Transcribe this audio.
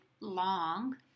long